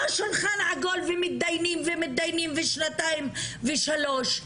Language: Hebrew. לא שולחן עגול ומתדיינים ומתדיינים ושנתיים ושלוש,